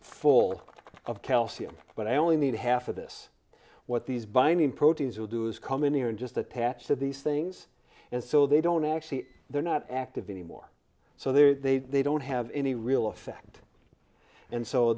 full of calcium but i only need half of this what these binding proteins will do is come in here and just attach to these things and so they don't actually they're not active anymore so there's a they don't have any real effect and so